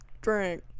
Drink